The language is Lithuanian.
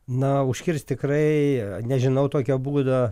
na užkirst tikrai nežinau tokio būdo